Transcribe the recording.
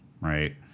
right